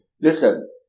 Listen